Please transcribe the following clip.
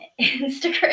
Instagram